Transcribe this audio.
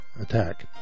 attack